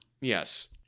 Yes